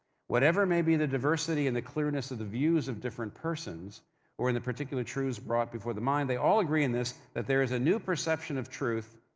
whatever may be the diversity and the clearness of the views of different persons or, in the particular truths brought before the mind, they all agree in this that there is a new perception of truth,